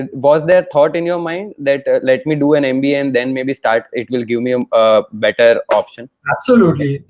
and was there thought in your mind that let me do an mba and then maybe start it will give me um a better option. absolutely.